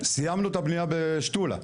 סיימנו את הבניה בשתולה,